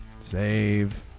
save